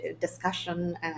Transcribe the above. discussion